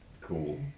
Cool